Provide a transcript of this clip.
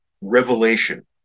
revelation